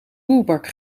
roerbak